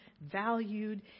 valued